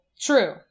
True